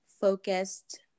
Focused